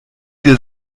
dir